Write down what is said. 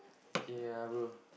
okay ah bro